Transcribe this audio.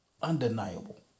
Undeniable